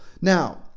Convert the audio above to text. Now